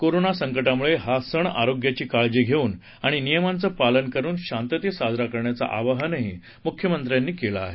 corona संकटामुळे हा सण आरोग्याची काळजी घेऊन आणि नियमांचं पालन करून शांततेत साजरा करण्याचं आवाहनही मुख्यमंत्र्यांनी केलं आहे